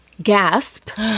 Gasp